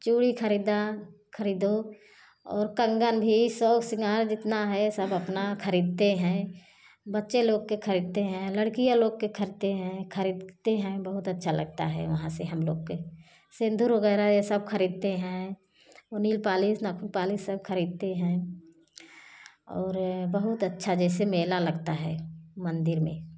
चूड़ी खरीदा खरीदो और कंगन भी शौ शृंगार जितना है सब अपना खरीदते हैं बच्चे लोग के खरीदते हैं लड़कियाँ लोग के खरते हैं खरीदती हैं बहुत अच्छा लगता है वहाँ से हम लोग के सिंदूर वगैरह ये सब खरीदते हैं उ नेल पालिस नाखुन पालिस सब खरीदते हैं और बहुत अच्छा जैसे मेला लगता है मंदिर में